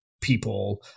people